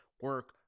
Work